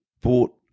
bought